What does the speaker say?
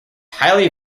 highly